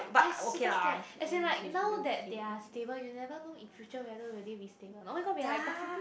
I super scared as in like now that they are stable you never know in future whether will they be stable or not oh-my-god we are like gossip